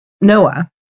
Noah